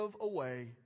away